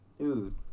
dude